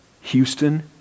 Houston